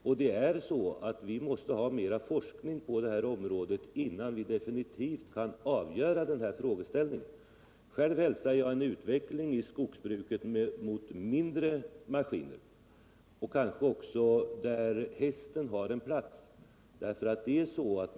Och det är riktigt att vi måste ha mera forskning på detta område, innan vi definitivt kan avgöra den här frågeställningen. Själv välkomnar jag en utveckling i skogsbruket mot mindre maskiner —- kanske också ett skogsbruk där hästen har en plats.